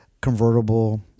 convertible